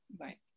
Right